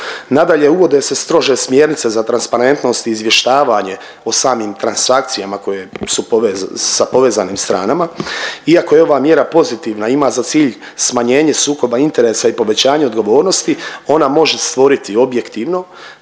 Nadalje, uvode se strože smjernice za transparentnost i izvještavanje o samim transakcijama koje su .../nerazumljivo/... sa povezanim stranama iako je ova mjera pozitivna i ima za cilj smanjenje sukoba interesa i povećanje odgovornosti, ona može stvoriti objektivno